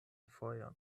fojon